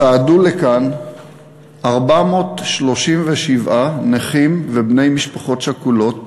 צעדו לכאן 437 נכים ובני משפחות שכולות